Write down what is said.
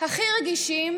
הכי רגישים